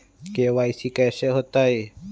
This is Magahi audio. के.वाई.सी कैसे होतई?